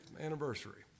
anniversary